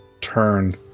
turn